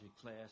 class